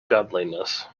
godliness